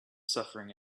suffering